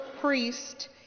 priest